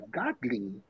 godly